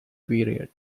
period